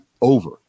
over